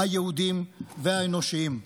היהודיים והאנושיים.